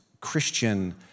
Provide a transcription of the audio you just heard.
Christian